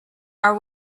are